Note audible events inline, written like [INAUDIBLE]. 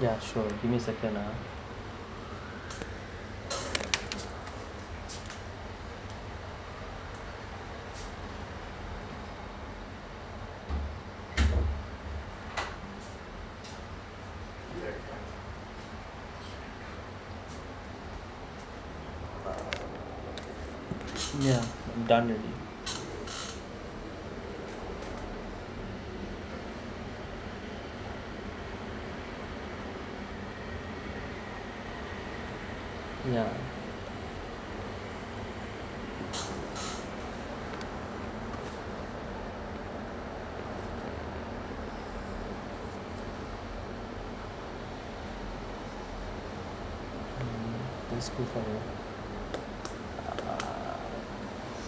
yeah sure give me a second ah [NOISE] yeah done already yeah mm uh